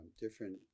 different